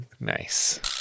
Nice